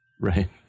Right